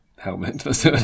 helmet